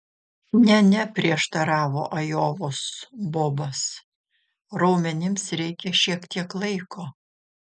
ne ne prieštaravo ajovos bobas raumenims reikia šiek tiek laiko